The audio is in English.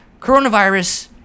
coronavirus